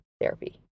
therapy